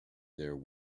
there